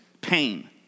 pain